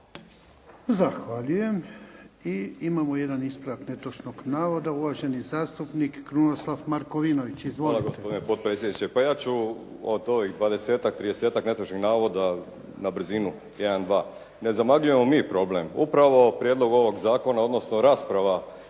Zahvaljujem. I imamo jedan ispravak netočnog navoda. Uvaženi zastupnik Krunoslav Markovinović. Izvolite. **Markovinović, Krunoslav (HDZ)** Hvala gospodine potpredsjedniče. Pa ja ću od ovih 20-tak, 30-tak netočnih navoda na brzinu jedan, dva. Ne zamagljujemo mi problem. Upravo prijedlog ovog zakona odnosno rasprava